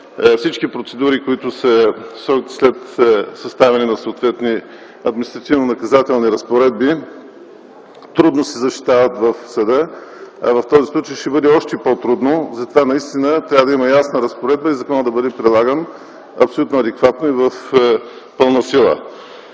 всички процедури, които следват след съответните Административнонаказателни разпоредби трудно се защитават в съда. В този случай ще бъде още по-трудно, за това наистина трябва да има ясна разпоредба и законът да бъде прилаган абсолютно адекватно и в пълна сила.